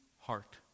heart